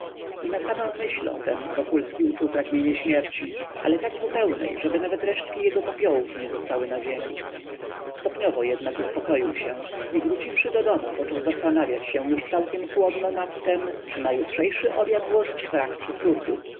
i na samę myśl o tem wokulski uczuł pragnienie śmierci ale tak zupełnej żeby nawet resztki jego popiołów nie zostały na ziemi stopniowo jednak uspokoił się i wróciwszy do domu począł zastanawiać się już całkiem chłodno nad tem czy na jutrzejszy obiad włożyć frak czy